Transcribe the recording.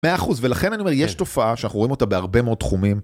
100% ולכן אני אומר, יש תופעה שאנחנו רואים אותה בהרבה מאוד תחומים.